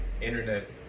internet